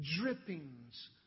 drippings